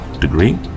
degree